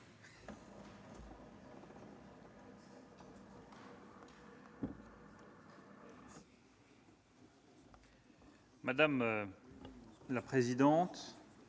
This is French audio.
Madame la présidente,